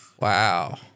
Wow